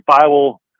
Bible